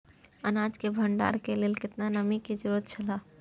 अनाज के भण्डार के लेल केतना नमि के जरूरत छला?